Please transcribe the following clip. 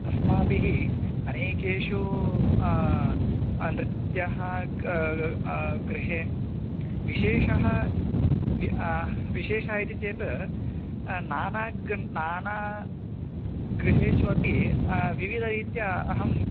अस्माभिः अनेकेषु नृत्यः ग् गृहे विशेषः वि विशेषः इति चेत् नाना ग् नाना गृहेषु अपि विविधरीत्या अहम्